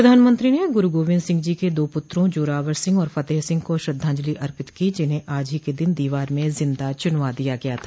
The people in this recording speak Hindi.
प्रधानमंत्री ने गुरु गोबिंद सिंह जी के दो पुत्रों जोरावर सिंह और फतेहसिह को श्रद्वांजलि अर्पित की जिन्हें आज ही के दिन दीवार में जिंदा चुनवा दिया गया था